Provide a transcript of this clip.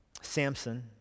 Samson